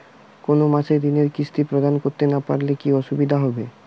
কোনো মাসে ঋণের কিস্তি প্রদান করতে না পারলে কি অসুবিধা হবে?